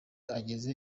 ageza